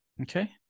Okay